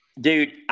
Dude